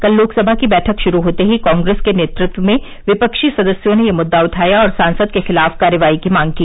कल लोकसभा की बैठक शुरू होते ही कांग्रेस के नेतृत्व में विपक्षी सदस्यों ने यह मुद्दा उठाया और सांसद के खिलाफ कार्रवाई की मांग की